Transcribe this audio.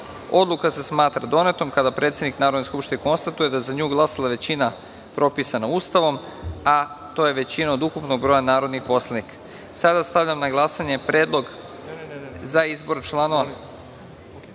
spisku. Odluka se smatra donetom kada predsednik Narodne skupštine konstatuje da je za nju glasala većina propisana Ustavom, a to je većina od ukupnog broja narodnih poslanika. Stavljam na glasanje Predlog za izbor članova